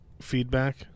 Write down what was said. feedback